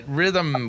rhythm